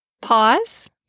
Pause